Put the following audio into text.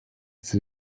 sie